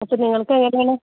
പക്ഷേ നിങ്ങൾക്കതെങ്ങനെ